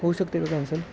होऊ शकते का कॅन्सल